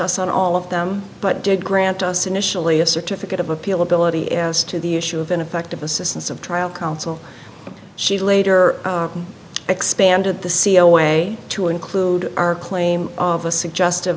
us on all of them but did grant us initially a certificate of appeal ability as to the issue of ineffective assistance of trial counsel she later expanded the c e o way to include our claim of a suggest